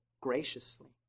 graciously